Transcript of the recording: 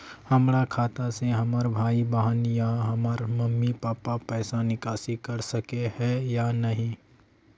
हमरा खाता से हमर भाई बहन या हमर मम्मी पापा पैसा निकासी कर सके है या नहीं?